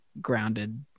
grounded